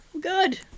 Good